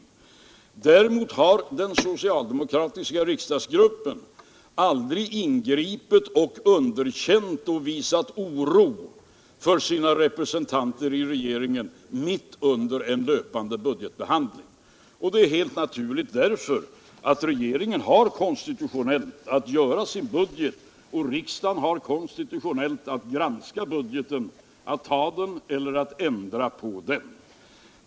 Däremot har den socialdemokratiska riksdagsgruppen aldrig ingripit och underkänt och visat oro för sina representanter i regeringen mitt under en löpande budgetbehandling och det är helt naturligt därför att regeringen har konstitutionellt att göra sin budget och riksdagen har konstitutionellt att granska budgeten, att ta den eller ändra på den.